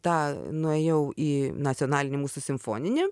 tą nuėjau į nacionalinį mūsų simfoninį